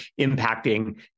impacting